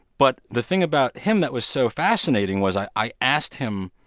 but the thing about him that was so fascinating was i i asked him,